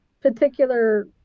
particular